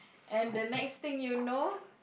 and the next thing you know